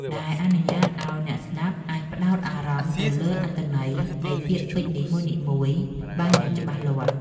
ដែលអនុញ្ញាតឱ្យអ្នកស្ដាប់អាចផ្ដោតអារម្មណ៍ទៅលើអត្ថន័យនៃពាក្យពេចន៍នីមួយៗបានយ៉ាងច្បាស់លាស់។